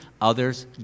others